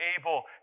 able